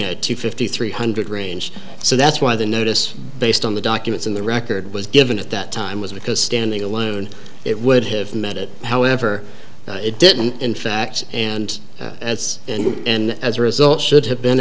the two fifty three hundred range so that's why the notice based on the documents in the record was given at that time was because standing alone it would have met it however it didn't in fact and that's and as a result should have been